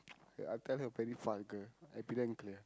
I tell her very far girl